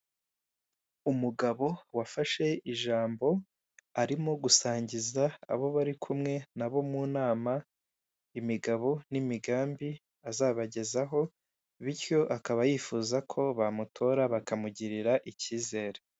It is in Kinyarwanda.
Umugabo wafashe ijambo, arimo gusangiza abo bari kumwe mu na bo nama imigabo n'imigambi azabagezaho, bityo akaba yifuza ko bamutora bakamugirira ikizere.